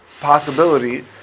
possibility